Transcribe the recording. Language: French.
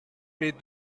les